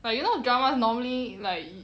like you know drama is normally like